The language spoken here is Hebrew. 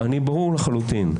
אני ברור לחלוטין.